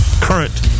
current